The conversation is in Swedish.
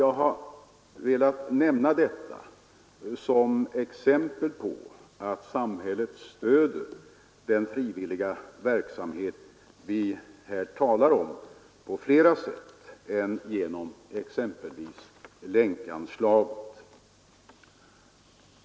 Jag har velat nämna detta som exempel på att samhället stöder den frivilliga verksamhet vi här talar om på flera sätt än genom exempelvis Länkanslaget.